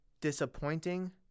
disappointing